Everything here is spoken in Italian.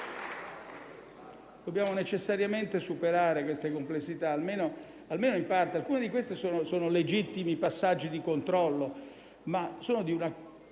Dobbiamo necessariamente superare queste complessità, almeno in parte. Alcune di esse sono legittimi passaggi di controllo, ma sono di una